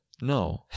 no